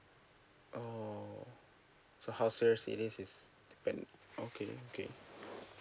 oh so how serious it is depend okay okay